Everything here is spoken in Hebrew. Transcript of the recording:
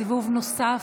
סיבוב נוסף,